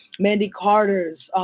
mandy carter,